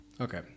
Okay